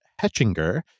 Hetchinger